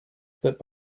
that